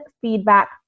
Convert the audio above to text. Feedback